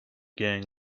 gang